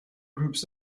groups